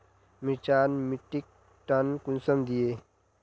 मिर्चान मिट्टीक टन कुंसम दिए?